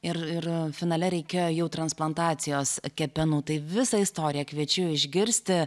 ir ir finale reikėjo jau transplantacijos kepenų tai visą istoriją kviečiu išgirsti